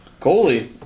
goalie